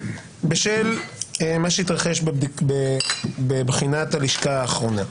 אני יזמתי את הדיון בשל מה שהתרחש בבחינת הלשכה האחרונה.